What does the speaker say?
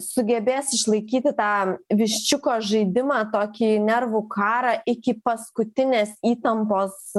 sugebės išlaikyti tą viščiuko žaidimą tokį nervų karą iki paskutinės įtampos